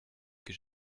que